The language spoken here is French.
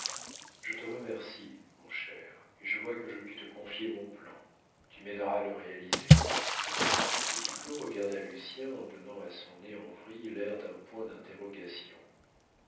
je te remercie mon cher et je vois que je puis te confier mon plan tu m'aideras à le réaliser petit claud regarda lucien en donnant à son nez en vrille l'air d'un point d'interrogation